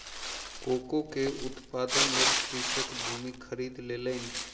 cocoa के उत्पादनक लेल कृषक भूमि खरीद लेलैन